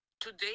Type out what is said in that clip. today